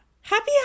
Happy